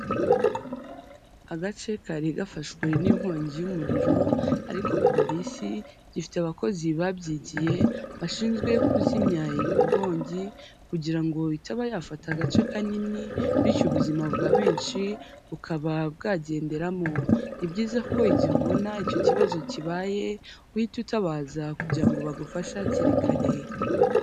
Agace kari gafashwe n'inkongi y'umuriro ariko polisi ifite abakozi babyigiye bashinzwe kuzimya iyo nkongi kugira ngo itaba yafata agace kanini bityo ubuzima bwa benshi bukaba bwagenderamo. Ni byiza ko igihe ubona icyo kibazo kibaye uhita utabaza kugira ngo bagufashe hakiri kare.